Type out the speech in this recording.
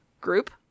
group